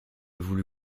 voulu